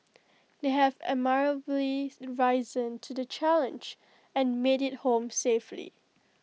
they have admirably risen to the challenge and made IT home safely